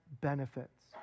benefits